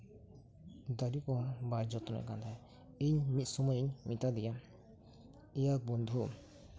ᱫᱟᱨᱮ ᱠᱚᱦᱚᱸ ᱵᱟᱭ ᱡᱚᱛᱱᱚᱭᱮᱫ ᱛᱟᱸᱦᱮᱱᱟ ᱤᱧ ᱢᱤᱫ ᱥᱚᱢᱚᱭ ᱤᱧ ᱢᱮᱛᱟᱭ ᱠᱟᱱᱟ ᱮᱭᱟ ᱵᱚᱱᱫᱷᱩ